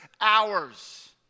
hours